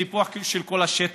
סיפוח כאילו של כל השטח,